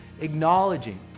acknowledging